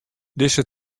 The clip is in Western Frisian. dizze